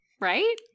right